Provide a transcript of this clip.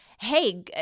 hey